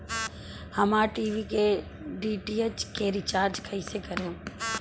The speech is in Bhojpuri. हमार टी.वी के डी.टी.एच के रीचार्ज कईसे करेम?